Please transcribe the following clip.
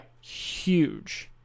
huge